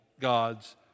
gods